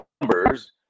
numbers